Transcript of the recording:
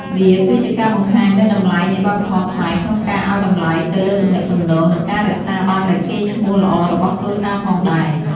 វាគឺជាការបង្ហាញនូវតម្លៃនៃវប្បធម៌ខ្មែរក្នុងការឲ្យតម្លៃទៅលើទំនាក់ទំនង និងការរក្សាបាននូវកេរ្តិ៍ឈ្មោះល្អរបស់គ្រួសារផងដែរ។